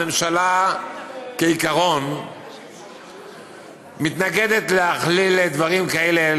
הממשלה כעיקרון מתנגדת להכליל דברים כאלה,